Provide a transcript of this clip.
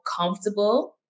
comfortable